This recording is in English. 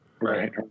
Right